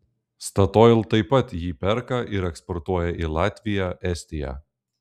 statoil taip pat jį perka ir eksportuoja į latviją estiją